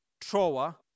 troa